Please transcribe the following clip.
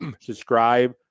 subscribe